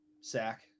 sack